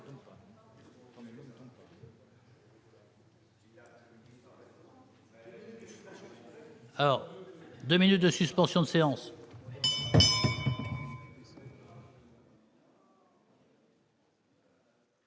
Alors 2 minutes de suspension de séance.